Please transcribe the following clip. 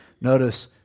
Notice